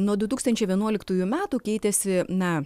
nuo du tūkstančiai vienuoliktųjų metų keitėsi na